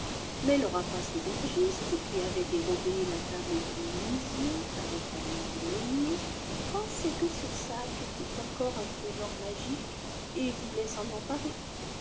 mais le rapace aubergiste qui avait dérobé la table du menuisier avec lanon du meunier pensait que ce sac était encore un trésor magique et voulait s'en emparer